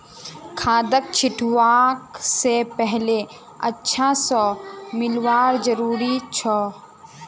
खादक छिड़कवा स पहले अच्छा स मिलव्वा जरूरी छ